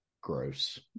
gross